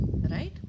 Right